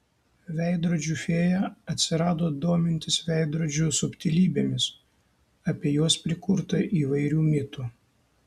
veidrodžių fėja atsirado domintis veidrodžių subtilybėmis apie juos prikurta įvairių mitų